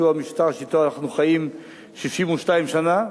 שהוא המשטר שאתו אנחנו חיים 62 שנה,